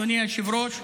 אדוני היושב-ראש,